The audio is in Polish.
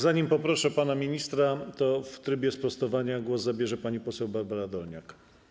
Zanim poproszę pana ministra, w trybie sprostowania głos zabierze pani poseł Barbara Dolniak.